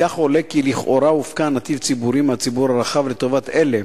מכך עולה כי לכאורה הופקע נתיב ציבורי מהציבור הרחב לטובת אלה